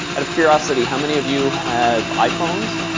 out of curiosity, how many of you have iphones?